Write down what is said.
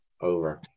Over